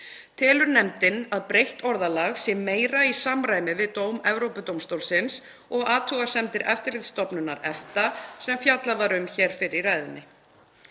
Telur nefndin að breytt orðalag sé meira í samræmi við dóm Evrópudómstólsins og athugasemdir Eftirlitsstofnunar EFTA sem fjallað var um hér í fyrr í ræðunni.